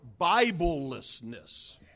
Biblelessness